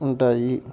ఉంటాయి